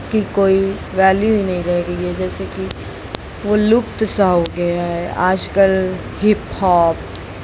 कि कोई वैल्यू ही नहीं रह गई है जैसे कि वो लुप्त सा हो गया है आजकल हिपहॉप